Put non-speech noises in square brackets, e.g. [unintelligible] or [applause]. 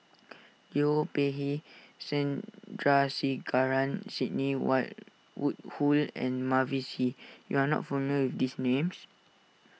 Liu Peihe Sandrasegaran Sidney [unintelligible] Woodhull and Mavis Hee you are not familiar with these names